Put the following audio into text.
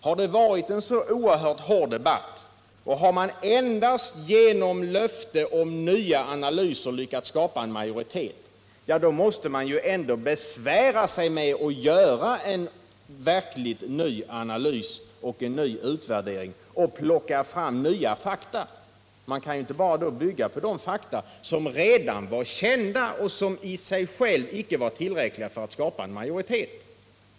Har det varit en så oerhört hård debatt och har man endast genom löfte om nya analyser lyckats skapa en majoritet, så måste man ändå besvära sig med att göra en verkligt ny utvärdering och plocka fram nya fakta. Man kan inte bara bygga på de fakta som redan var kända och som i sig själva icke var tillräckliga för att skapa en majoritet.